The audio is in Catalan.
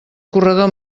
corredor